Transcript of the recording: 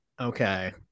Okay